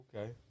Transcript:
Okay